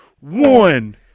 One